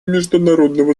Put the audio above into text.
международного